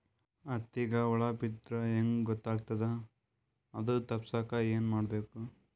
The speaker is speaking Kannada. ಹತ್ತಿಗ ಹುಳ ಬಿದ್ದ್ರಾ ಹೆಂಗ್ ಗೊತ್ತಾಗ್ತದ ಅದು ತಪ್ಪಸಕ್ಕ್ ಏನ್ ಮಾಡಬೇಕು?